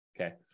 Okay